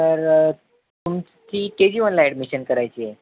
तर तुमची K G वनला ॲडमिशन करायची आहे